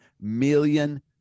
million